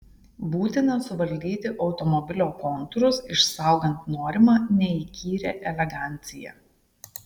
būtina suvaldyti automobilio kontūrus išsaugant norimą neįkyrią eleganciją